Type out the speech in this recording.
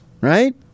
Right